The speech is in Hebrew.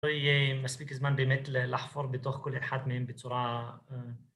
‫זה מספיק זמן באמת לחפור ‫בתוך כל אחד מהם בצורה...